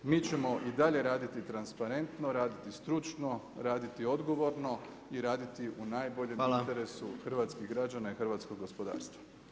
Mi ćemo i dalje raditi transparentno, raditi stručno, raditi odgovorno i raditi u najboljem interesu hrvatskih građana i hrvatskog gospodarstva.